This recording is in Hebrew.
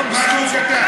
במשהו קטן.